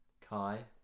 Kai